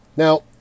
Now